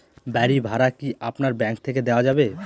বাড়ী ভাড়া কি আপনার ব্যাঙ্ক থেকে দেওয়া যাবে?